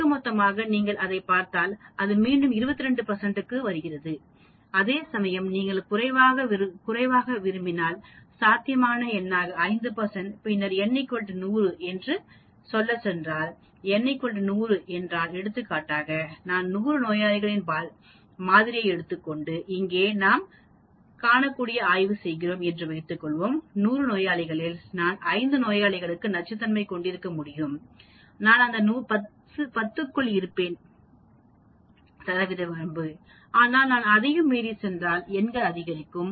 ஒட்டுமொத்தமாக நீங்கள் அதைப் பார்த்தால் அது மீண்டும் 22 க்கு வருகிறது அதேசமயம் நீங்கள் குறைவாக விரும்பினால் சாத்தியமான எண்ணாக 5 பின்னர் நான் n 100 என்று சொல்லச் சென்றால் நான் n 100 க்குச் சென்றால் எடுத்துக்காட்டாக நான் 100 நோயாளிகளின் மாதிரியை எடுத்துக்கொண்டு இங்கே நாம் காணக்கூடியபடி ஆய்வு செய்கிறேன் என்று வைத்துக்கொள்வோம் 100 நோயாளிகளில் நான் 5 நோயாளிகள் நச்சுத்தன்மையைக் கொண்டிருக்க முடியும் நான் அந்த 10 க்குள் இருப்பேன் சதவிகித வரம்பு ஆனால் நான் அதையும் மீறிச் சென்றால் எண்கள் அதிகரிக்கும்